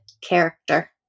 character